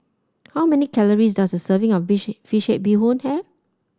how many calories does a serving of fish head Bee Hoon have